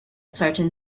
certain